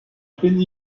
bin